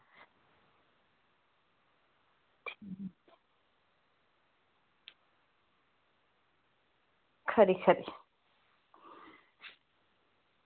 खरी खरी